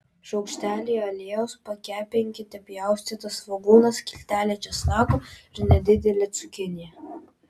šaukštelyje aliejaus pakepinkite pjaustytą svogūną skiltelę česnako ir nedidelę cukiniją